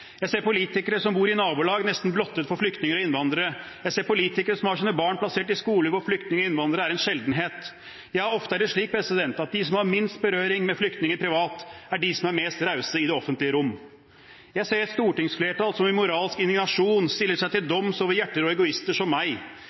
Jeg ser politikere som bor i nabolag nesten blottet for flyktninger og innvandrere. Jeg ser politikere som har sine barn plassert i skoler hvor flyktninger og innvandrere er en sjeldenhet. Ofte er det slik at de som har minst berøring med flyktninger privat, er de som er mest rause i det offentlige rom. Jeg ser et stortingsflertall som i moralsk indignasjon stiller seg til doms over hjerterå egoister som meg,